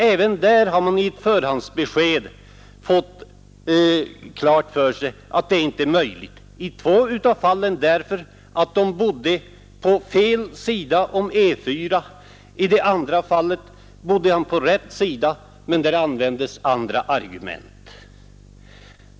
De har genom förhandsbesked fått klart för sig att det inte är möjligt för dem att få lån. I två av fallen hänvisade man till att de bodde på fel sida om E 4. I det tredje fallet bodde de på rätt sida men där användes andra argument.